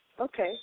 Okay